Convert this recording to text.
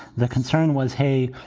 the concern was, hey,